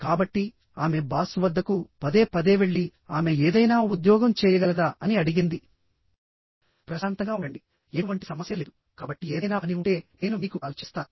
కాబట్టి ఆమె బాస్ వద్దకు పదే పదే వెళ్లి ఆమె ఏదైనా ఉద్యోగం చేయగలదా అని అడిగింది ప్రశాంతంగా ఉండండి ఎటువంటి సమస్య లేదు కాబట్టి ఏదైనా పని ఉంటే నేను మీకు కాల్ చేస్తాను